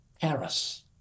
paris